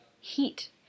heat